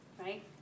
right